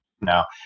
now